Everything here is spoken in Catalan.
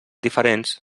diferents